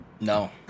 No